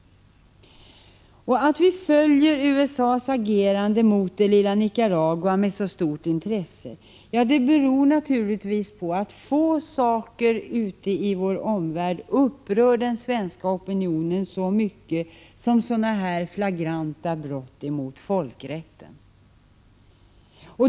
Det förhållandet att vi följer USA:s agerande mot det lilla Nicaragua med så stort intresse som vi gör beror naturligtvis på att få saker ute i vår omvärld upprör den svenska opinionen så mycket som sådana här flagranta brott mot folkrätten.